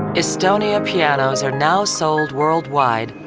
estonia pianos are now sold worldwide,